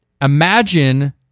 Imagine